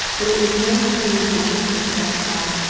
but it was no chinese landscape that i saw,